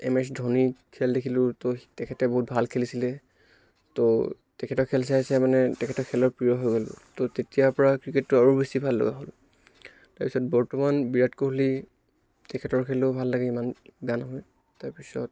M S ধোনীৰ খেল দেখিলোঁ ত' তেখেতে বহুত ভাল খেলিছিলে ত' তেখেতৰ খেল চাই চাই মানে তেখেতৰ খেলৰ প্ৰিয় হৈ গ'লোঁ ত' তেতিয়া পৰা ক্ৰিকেটটো আৰু বেছি ভাল লগা হ'ল তাৰ পিছত বৰ্তমান বিৰাট কোহলি তেখেতৰ খেলো ভাল লাগে ইমান বেয়া নহয় তাৰ পিছত